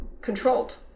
controlled